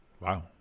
Wow